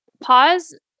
pause